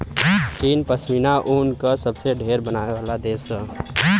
चीन पश्मीना ऊन क सबसे ढेर बनावे वाला देश हौ